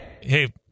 hey